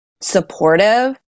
supportive